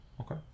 Okay